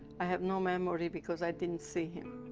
i have no memory, because i didn't see him.